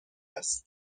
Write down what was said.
است